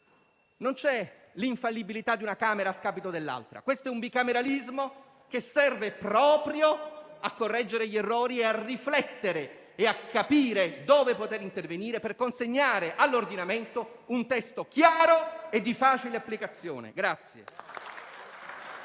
Non c'è l'infallibilità di una Camera a scapito dell'altra. Questo è un bicameralismo che serve proprio a correggere gli errori, a riflettere e a capire dove poter intervenire per consegnare all'ordinamento un testo chiaro e di facile applicazione.